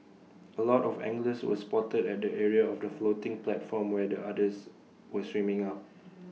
A lot of anglers were spotted at the area of the floating platform where the otters were swimming up